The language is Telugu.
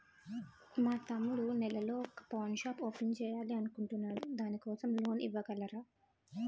మా తమ్ముడు నెల వొక పాన్ షాప్ ఓపెన్ చేయాలి అనుకుంటునాడు దాని కోసం లోన్ ఇవగలరా?